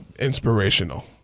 inspirational